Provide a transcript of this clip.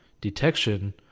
detection